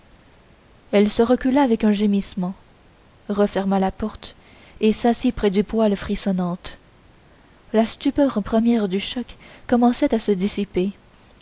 elle se recula avec un gémissement referma la porte et s'assit près du poêle frissonnante la stupeur première du choc commençait à se dissiper